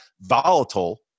volatile